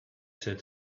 said